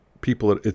people